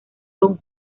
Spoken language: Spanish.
don